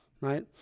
Right